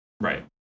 Right